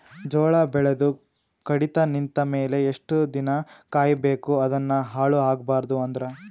ಜೋಳ ಬೆಳೆದು ಕಡಿತ ನಿಂತ ಮೇಲೆ ಎಷ್ಟು ದಿನ ಕಾಯಿ ಬೇಕು ಅದನ್ನು ಹಾಳು ಆಗಬಾರದು ಅಂದ್ರ?